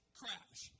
crash